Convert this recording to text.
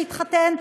מי התחתן.